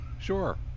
Sure